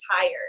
tired